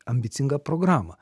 ambicingą programą